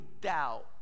doubt